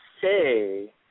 say